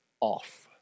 off